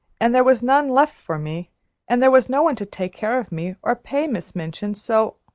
and there was none left for me and there was no one to take care of me or pay miss minchin, so